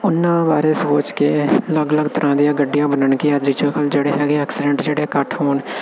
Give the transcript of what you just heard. ਉਹਨਾਂ ਬਾਰੇ ਸੋਚ ਕੇ ਅਲੱਗ ਅਲੱਗ ਤਰ੍ਹਾਂ ਦੀਆਂ ਗੱਡੀਆਂ ਮੰਨਣਗੀਆਂ ਅੱਜ 'ਚ ਜਿਹੜੇ ਹੈਗੇ ਐਕਸੀਡੈਂਟ ਜਿਹੜੇ ਘੱਟ ਹੋਣ